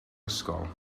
ysgol